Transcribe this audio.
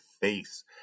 face